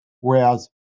Whereas